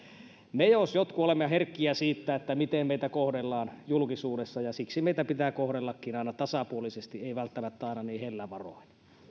me jos jotkut olemme herkkiä sille miten meitä kohdellaan julkisuudessa ja siksi meitä pitää kohdellakin aina tasapuolisesti ei välttämättä aina niin hellävaroen